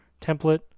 template